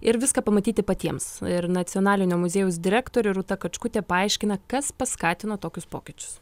ir viską pamatyti patiems ir nacionalinio muziejaus direktorė rūta kačkutė paaiškina kas paskatino tokius pokyčius